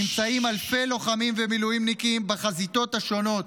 נמצאים אלפי לוחמים ומילואימניקים בחזיתות השונות,